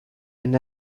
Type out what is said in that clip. and